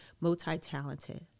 multi-talented